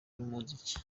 n’umuziki